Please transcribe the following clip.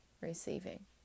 receiving